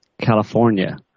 california